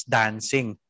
dancing